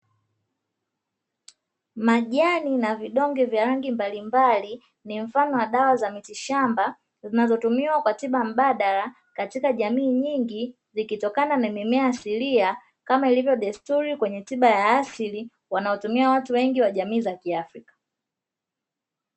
Majani na vidonge vya rangi mbalimbali, ni mfano wa dawa za mitishamba zinazotumiwa kwa tiba mbadala katika jamii nyingi zikitokana na mimea asilia, kama ilivyo desturi kwenye tiba ya asili wanaotumia watu wengi wa jamii za Kiafrika.